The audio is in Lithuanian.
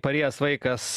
parėjęs vaikas